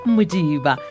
Mujiba